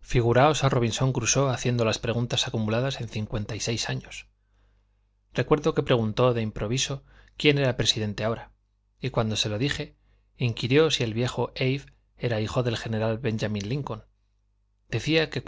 figuraos a róbinson crusoe haciendo las preguntas acumuladas en cincuenta y seis años recuerdo que preguntó de improviso quién era presidente ahora y cuando se lo dije inquirió si el viejo abe era hijo del general benjamín lincoln decía que